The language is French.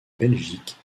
belgique